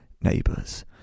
neighbours